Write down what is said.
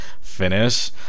finish